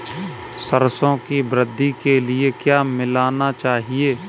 सरसों की वृद्धि के लिए क्या मिलाना चाहिए?